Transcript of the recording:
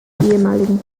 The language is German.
ehemaligen